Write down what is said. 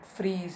freeze